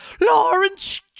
Lawrence